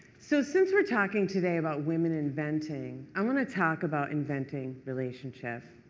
so since we're talking today about women inventing, i'm going to talk about inventing relationships.